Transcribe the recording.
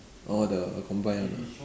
orh the combined one ah